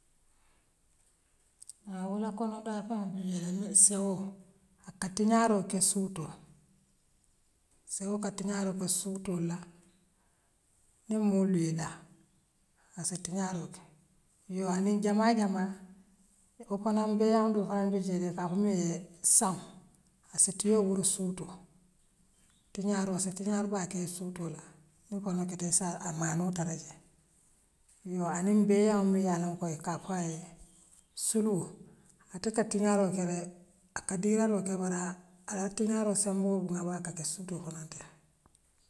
Ha wola kono taa faŋo bijeele seo, aka tiňaaroo ke suutoo seo ka tiňaaroo ke suutoola niŋ mool yee laa asse tiňaaroo ke yoo aniŋ jamaal jamaal iko ko nabe beaŋ doo fanaŋ bijeelee ikaa mulunjee saŋoo asse tiyoo wuru suutoo tiňaaroo asse tiňaari baa kee suutoola niŋ konoo keta saar amaanoo tara jee. Yoo aniŋ beaŋ muŋ yaa loŋ ko ikaaa faaye suluu ate ka tiňaarool kele aka diiraŋo ke bare ala tiňaaroo semboo bulawaati kake suuto kono.